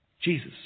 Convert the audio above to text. Jesus